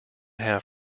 have